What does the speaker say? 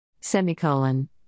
semicolon